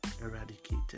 eradicated